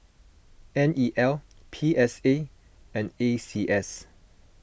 N E L P S A and A C S